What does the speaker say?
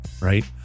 Right